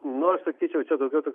n aš sakyčiau čia daugiau toks